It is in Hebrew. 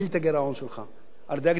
על-ידי הגדלת הכנסות שלך.